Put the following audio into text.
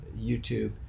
YouTube